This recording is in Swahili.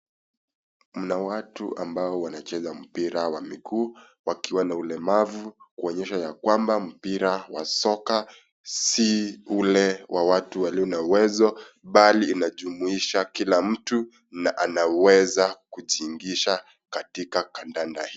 Mna watu ambao wanacheza mpira wa miguu , wakiwa na ulemavu kuonyesha ya kwamba mpira ya soka si ule wa watu walio na uwezo bali inajumuisha kila mtu na anaweza kujiingisha katika kandanda hii.